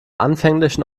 anfänglichen